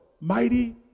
mighty